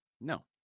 No